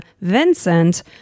Vincent